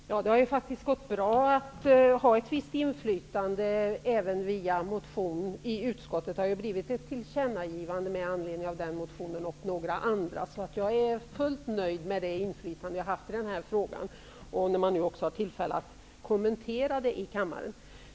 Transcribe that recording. Herr talman! Det har faktiskt gått bra att utöva ett visst inflytande även via motionen. Utskottet har ställt sig bakom ett förslag om tillkännagivande med anledning av denna och andra motioner. Jag är fullt nöjd med det inflytande som jag har haft i denna fråga, särskilt som jag också har möjlighet att kommentera den i kammaren.